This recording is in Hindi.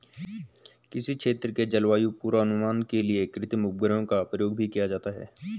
किसी क्षेत्र के जलवायु पूर्वानुमान के लिए कृत्रिम उपग्रहों का प्रयोग भी किया जाता है